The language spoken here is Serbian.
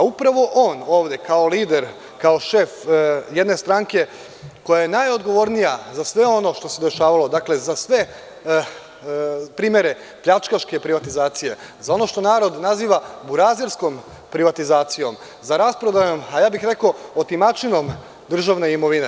Upravo on ovde kao lider, kao šef jedne stranke koja je najodgovornija za sve ono što se dešavalo, za sve primere pljačkaške privatizacije, za ono što narod naziva „burazerskom privatizacijom“, za rasprodaju, a ja bih rekao otimačinu državne imovine.